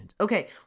Okay